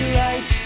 right